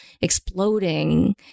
exploding